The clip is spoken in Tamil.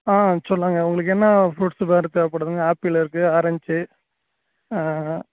ஆ சொல்லுங்க உங்களுக்கு என்ன ஃப்ரூட்ஸ் வேறு தேவைப்படுத்துங்க ஆப்பிள் இருக்குது ஆரஞ்சு